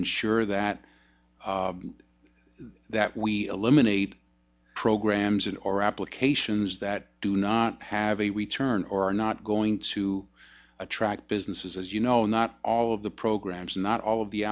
ensure that that we eliminate programs and or applications that do not have a return or are not going to attract businesses as you know not all of the programs not all